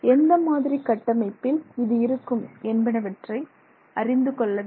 எந்த மாதிரி கட்டமைப்பில் இது இருக்கும் என்பனவற்றை அறிந்து கொள்ள வேண்டும்